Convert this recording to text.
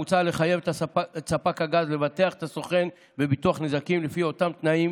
מוצע לחייב את ספק הגז לבטח את הסוכן בביטוח לנזקים לפי אותם תנאים